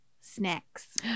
snacks